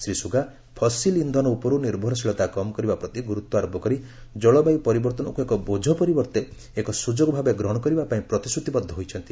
Shri Suga fossil ଇନ୍ଧନ ଉପରୁ ନିର୍ଭରଶୀଳତା କମ୍ କରିବା ପ୍ରତି ଗୁରୁତ୍ୱାରୋପ କରି ଜଳବାୟୁ ପରିବର୍ତ୍ତନକୁ ଏକ ବୋଝ ପରିବର୍ତ୍ତେ ଏକ ସୁଯୋଗ ଭାବେ ଗ୍ରହଣ କରିବା ପାଇଁ ପ୍ରତିଶ୍ରତିବଦ୍ଧ ହୋଇଛି